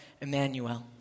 Emmanuel